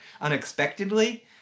unexpectedly